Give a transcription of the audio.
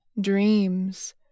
dreams